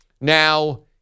Now